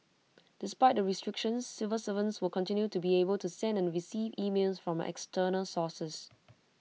despite the restrictions civil servants will continue to be able to send and receive emails from external sources